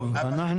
טוב, אנחנו